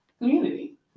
community